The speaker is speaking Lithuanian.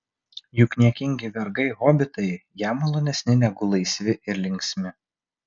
juk niekingi vergai hobitai jam malonesni negu laisvi ir linksmi